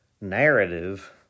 narrative